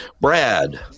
Brad